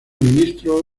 ministro